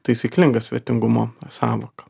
taisyklinga svetingumo sąvoka